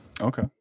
okay